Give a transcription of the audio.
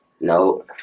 No